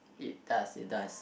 it does it does